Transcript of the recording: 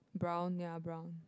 brown ya brown